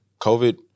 COVID